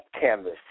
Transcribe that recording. canvas